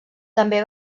també